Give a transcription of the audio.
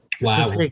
Wow